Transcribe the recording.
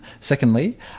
secondly